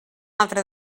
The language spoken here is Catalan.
altre